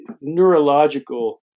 neurological